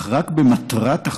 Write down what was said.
אך רק במטרת החוק,